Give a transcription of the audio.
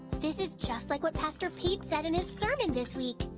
this is just like what pastor pete said in his sermon this week.